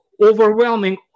overwhelming